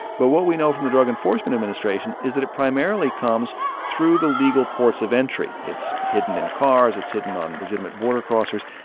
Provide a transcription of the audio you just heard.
but what we know from the drug enforcement administration is that it primarily comes through the legal ports of entry. it's hidden in cars. it's hidden on legitimate border crossers.